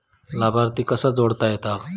लाभार्थी कसा जोडता येता?